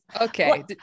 Okay